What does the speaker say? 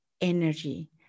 energy